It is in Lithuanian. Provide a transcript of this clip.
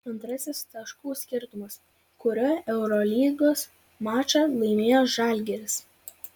antrasis taškų skirtumas kuriuo eurolygos mačą laimėjo žalgiris